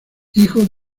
hijo